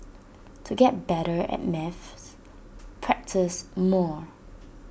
to get better at maths practise more